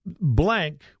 Blank